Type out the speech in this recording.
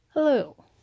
Hello